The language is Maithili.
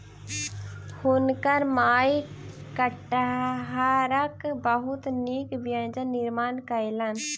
हुनकर माई कटहरक बहुत नीक व्यंजन निर्माण कयलैन